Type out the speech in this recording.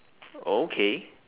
okay